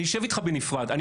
אני אשב איתך בנפרד אם תרצה.